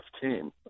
team